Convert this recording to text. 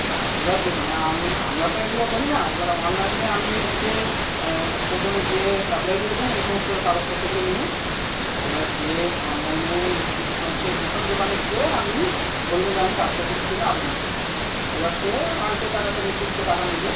হ্যাঁ এইবার দেখুন আমরা তো এগুলো করি না এবার অনলাইনে আপনি হচ্ছে প্রথমে গিয়ে অ্যাপ্লাই করবেন এই সমস্ত কাগজপত্রগুলো নিয়ে এবার যে অনলাইনে যে হচ্ছে যে কোনো দোকানে গিয়ে আপনি বলবেন যে আমি কাস্ট সার্টিফিকেটের জন্য আবেদন করবো এবার সে হয়তো তার একটা নির্দিষ্ট টাকা নেবে